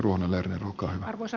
arvoisa puhemies